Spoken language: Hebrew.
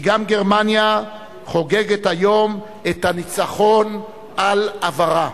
כי גם גרמניה חוגגת היום את הניצחון על עברה.